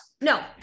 no